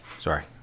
Sorry